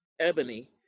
Ebony